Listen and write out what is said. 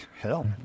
hell